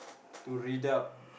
to read up